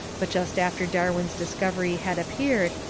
but just after darwin's discovery had appeared,